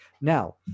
Now